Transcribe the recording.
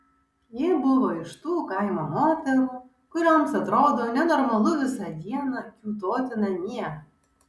ji buvo iš tų kaimo moterų kurioms atrodo nenormalu visą dieną kiūtoti namie